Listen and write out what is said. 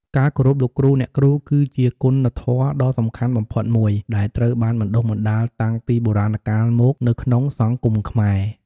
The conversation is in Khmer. ការគោរពលោកគ្រូ អ្នកគ្រូ គឺជាគុណធម៌ដ៏សំខាន់បំផុតមួយ ដែលត្រូវបានបណ្ដុះបណ្ដាលតាំងពីបុរាណកាលមកនៅក្នុងសង្គមខ្មែរ។